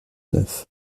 neuf